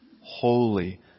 holy